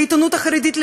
בעיתונות החרדית,